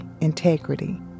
integrity